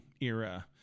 era